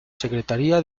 secretaria